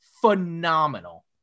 phenomenal